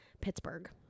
Pittsburgh